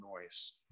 noise